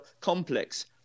complex